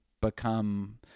become